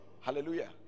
Hallelujah